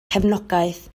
cefnogaeth